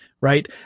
right